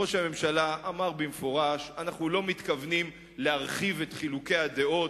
ראש הממשלה אמר במפורש: אנחנו לא מתכוונים להרחיב את חילוקי הדעות,